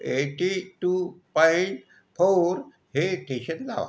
eighty two point four हे tension लावा